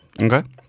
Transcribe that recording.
Okay